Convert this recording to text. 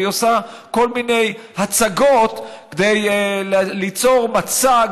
והיא עושה כל מיני הצגות כדי ליצור מצג